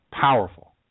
Powerful